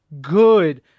good